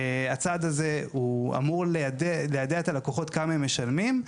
הצעד הזה הוא אמור לידע את הלקוחות כמה הם משלמים.